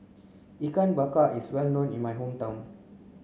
ikan bakar is well known in my hometown